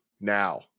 Now